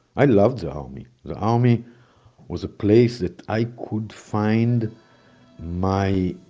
i loved the army. the army was a place that i could find my,